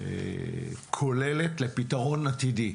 כוללת לפתרון עתידי.